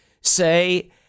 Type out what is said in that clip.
say